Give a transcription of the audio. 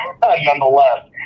Nonetheless